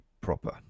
proper